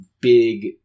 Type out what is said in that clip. big